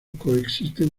coexisten